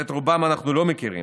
אבל את רובם אנחנו לא מכירים,